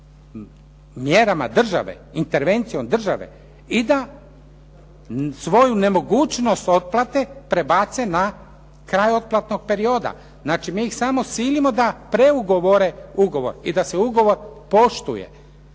mjerama države, intervencijom države i da svoju nemogućnost otplate prebace na kraj otplatnog perioda. Znači, mi ih samo silimo da preugovore ugovor i da se ugovor poštuje.